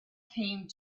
came